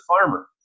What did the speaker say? farmer